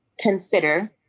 consider